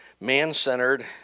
man-centered